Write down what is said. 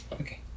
Okay